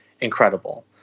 incredible